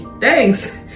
thanks